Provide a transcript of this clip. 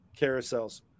carousels